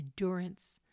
endurance